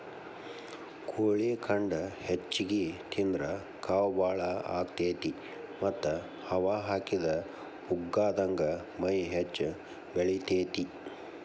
ಕೋಳಿ ಖಂಡ ಹೆಚ್ಚಿಗಿ ತಿಂದ್ರ ಕಾವ್ ಬಾಳ ಆಗತೇತಿ ಮತ್ತ್ ಹವಾ ಹಾಕಿದ ಪುಗ್ಗಾದಂಗ ಮೈ ಹೆಚ್ಚ ಬೆಳಿತೇತಿ